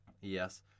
Yes